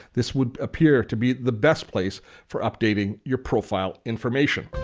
this would appear to be the best place for updating your profile information.